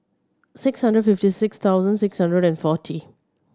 six hundred fifty six thousand six hundred and forty